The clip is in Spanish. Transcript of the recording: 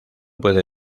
puede